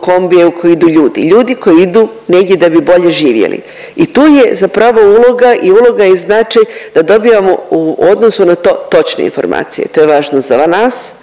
kombije u koje idu ljudi, ljudi koji idu negdje da bi bolje živjeti i tu je zapravo uloga i uloga i značaj da dobijamo u odnosu na to točne informacije, to je važno za nas,